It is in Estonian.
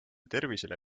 tervisele